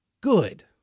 good